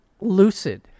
Lucid